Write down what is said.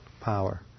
power